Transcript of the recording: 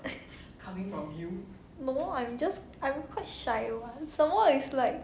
no I'm just I'm quite shy [what] some more is like